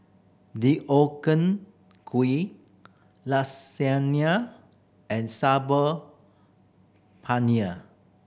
Deodeok Gui Lasagne and Saag Paneer